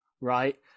right